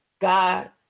God